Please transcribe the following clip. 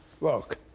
look